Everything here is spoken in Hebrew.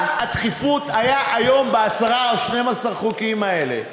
מה הייתה הדחיפות היום ב-10 או 12 החוקים האלה?